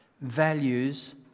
values